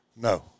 No